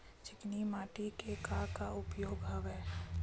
चिकनी माटी के का का उपयोग हवय?